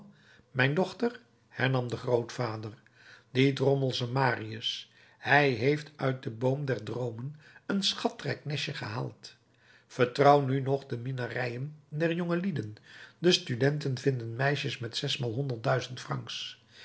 mijn dochter hernam de grootvader die drommelsche marius hij heeft uit den boom der droomen een schatrijk nestje gehaald vertrouw nu nog de minnarijen der jongelieden de studenten vinden meisjes met zesmaal honderd duizend francs